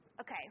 Okay